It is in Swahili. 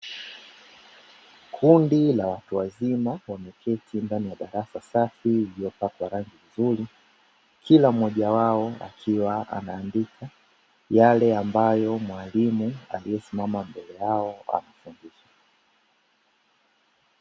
Kundi la watu wazima wameketi ndani ya darasa safi iliyopakwa rangi nzuri, kila mmoja wao akiwa anaandika yale ambayo mwalimu aliyesimama mbele yao anafundisha.